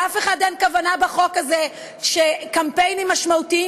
לאף אחד אין כוונה בחוק הזה שקמפיינים משמעותיים,